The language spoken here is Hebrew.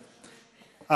,